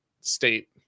state